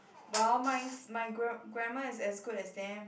well mine's my gran~ grandma is as good as them